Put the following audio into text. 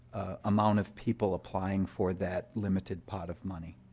amount of people applying for that limited pot of money.